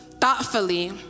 thoughtfully